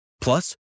Plus